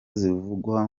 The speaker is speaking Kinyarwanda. zivugwa